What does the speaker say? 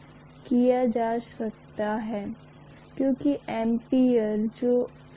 तो उस परिभाषा से हम कह सकते हैं कि यह 2 x 10 7 N के बराबर होना चाहिए